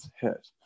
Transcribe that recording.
hit